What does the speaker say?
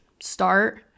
Start